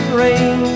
rain